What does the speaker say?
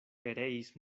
pereis